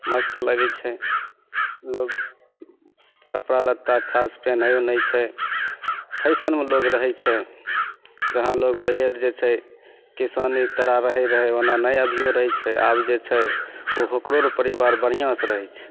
मस्त लागै छै लोक कपड़ा लत्ता अच्छासे पहिनै उहनै छै फैशनमे लोक रहै छै जहाँ लोक पहिले जे छै किसानेके तरह रहै रहै ओना नहि अभिओ रहै छै आब जे छै ओकरो आर परिवार बढ़िआँसे रहै छै